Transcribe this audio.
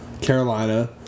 Carolina